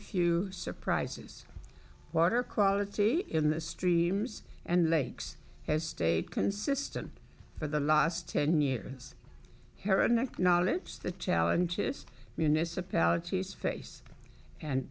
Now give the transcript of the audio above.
few surprises water quality in the streams and lakes has stayed consistent for the last ten years heron acknowledge the challenges municipalities face and